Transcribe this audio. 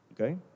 Okay